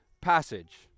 passage